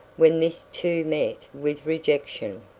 when this too met with rejection,